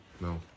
No